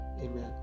amen